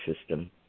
system